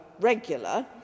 regular